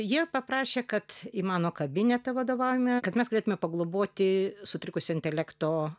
jie paprašė kad į mano kabinetą vadovavime kad mes galėtumėme pagloboti sutrikusio intelekto